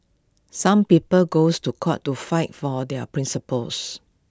some people goes to court to fight for their principles